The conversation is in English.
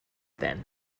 then